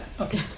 Okay